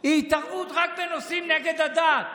היא התערבות רק בנושאים נגד הדת.